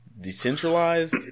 decentralized